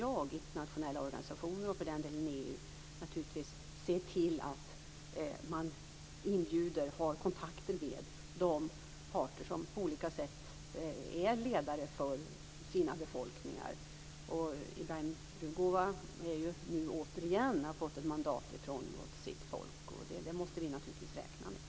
Internationella organisationer och även EU måste se till att man har kontakt med dem som på olika sätt är ledare för sina befolkningar. Rugova har återigen fått ett mandat av sitt folk, och det måste vi naturligtvis räkna med.